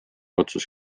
otsus